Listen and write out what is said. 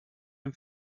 dem